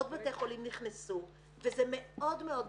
עוד בתי חולים נכנסו וזה מאוד מסודר,